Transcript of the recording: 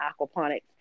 aquaponics